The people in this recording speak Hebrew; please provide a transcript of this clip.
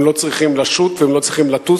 הם לא צריכים לשוט והם לא צריכים לטוס,